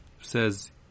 says